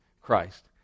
Christ